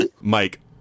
Mike